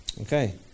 Okay